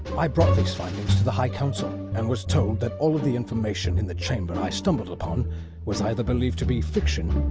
i brought these findings to the high council and was told that all of the information in the chamber i had stumbled upon was either believed to be fiction,